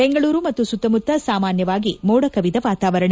ಬೆಂಗಳೂರು ಮತ್ತು ಸುತ್ತಮುತ್ತ ಸಾಮಾನ್ವವಾಗಿ ಮೋಡ ಕವಿದ ವಾತಾವರಣ